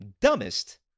dumbest